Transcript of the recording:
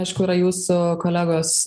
aišku yra jūsų kolegos